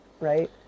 right